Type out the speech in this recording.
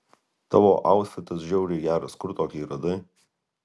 tavo autfitas žiauriai geras kur tokį radai